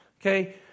Okay